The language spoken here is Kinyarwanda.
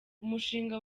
umushinga